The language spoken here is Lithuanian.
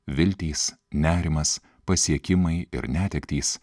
viltys nerimas pasiekimai ir netektys